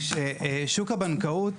ששוק הבנקאות,